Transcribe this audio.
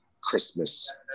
Christmas